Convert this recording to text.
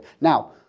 Now